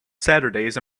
saturdays